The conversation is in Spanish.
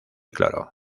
cloro